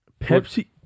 Pepsi